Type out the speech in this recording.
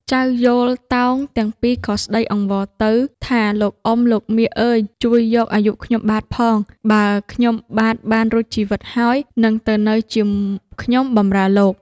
ចៅយោលទោងទាំងពីរក៏ស្តី អង្វរទៅថា “លោកអុំ លោកមាអើយជួយយកអាយុខ្ញុំបាទផង បើខ្ញុំបាទបានរួចជីវិតហើយ នឹងទៅនៅជាខ្ញុំបំរើលោក”។